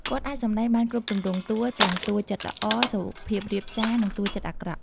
គាត់អាចសម្ដែងបានគ្រប់ទម្រង់តួ ទាំងតួចិត្តល្អ សុភាពរាបសារ និងតួចិត្តអាក្រក់។